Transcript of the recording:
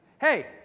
hey